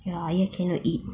ya you cannot eat